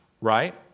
Right